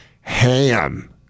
Ham